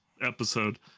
episode